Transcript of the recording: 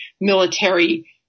military